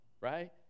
right